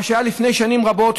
בשונה ממה שהיה לפני שנים רבות,